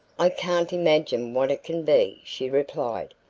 i can't imagine what it can be, she replied.